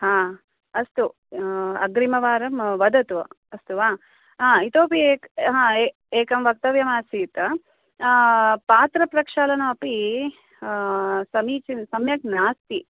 हा अस्तु अग्रिमवारं वदतु अस्तु वा आ इतोऽपि हा ए एकं वक्तव्यम् आसीत् आ पात्र प्रक्षालनम् अपि आ समीचीन सम्यक् नास्ति